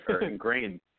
ingrained